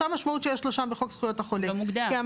זה לא מוגדר.